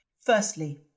Firstly